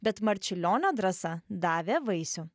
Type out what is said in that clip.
bet marčiulionio drąsa davė vaisių